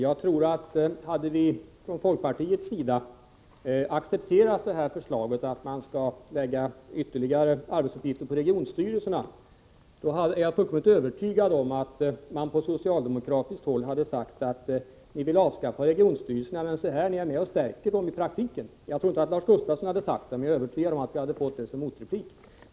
Herr talman! Hade vi från folkpartiets sida accepterat förslaget att man skall lägga ytterligare arbetsuppgifter på regionstyrelserna, är jag fullkomligt övertygad om att man på socialdemokratiskt håll skulle ha sagt: Ni vill avskaffa regionstyrelserna, men se här — ni är med och stärker dem i praktiken! Jag tror inte att just Lars Gustafsson hade sagt så, men jag är övertygad om att vi hade fått detta som motreplik.